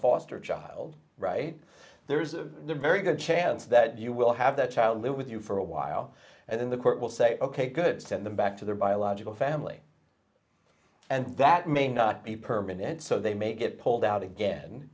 foster child right there's a very good chance that you will have that child live with you for a while and then the court will say ok good send them back to their biological family and that may not be permanent so they may get pulled out again